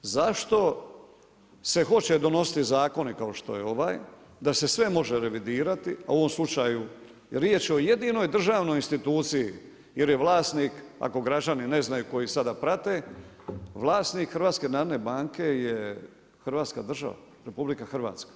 Zašto se hoće donositi zakoni kao što je ovaj da se sve može revidirati, a u ovom slučaju riječ je o jedinoj državnoj instituciji jer je vlasnik ako građani ne znaju koji sada prate, vlasnik HNB-a je Hrvatska država RH.